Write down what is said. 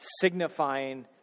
signifying